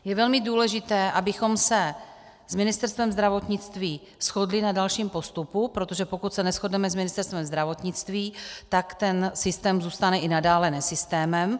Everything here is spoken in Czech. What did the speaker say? Je velmi důležité, abychom se s Ministerstvem zdravotnictví shodli na dalším postupu, protože pokud se neshodneme s Ministerstvem zdravotnictví, tak ten systém zůstane i nadále nesystémem.